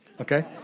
okay